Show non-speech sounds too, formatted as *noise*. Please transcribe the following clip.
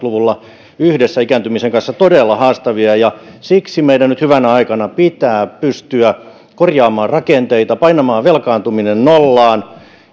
*unintelligible* luvulla yhdessä ikääntymisen kanssa todella haastavia ja siksi meidän nyt hyvänä aikana pitää pystyä korjaamaan rakenteita painamaan velkaantuminen nollaan